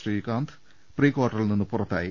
ശ്രീകാന്ത് പ്രീകാർട്ടറിൽ നിന്നും പുറത്തായി